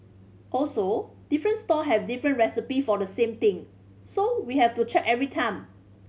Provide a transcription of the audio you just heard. also different stall have different recipe for the same thing so we have to check every time